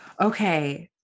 Okay